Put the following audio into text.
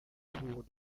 tours